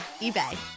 eBay